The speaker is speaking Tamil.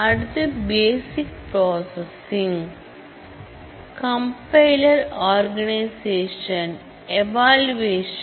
அடுத்து basic processing compiler organization evaluation